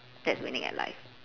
that's winning in life